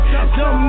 Dumb